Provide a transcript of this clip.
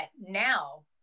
now